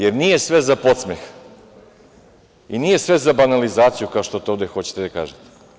Jer, nije sve za podsmeh i nije sve za banalizaciju, kao što to ovde hoćete da kažete.